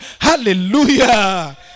Hallelujah